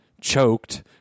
choked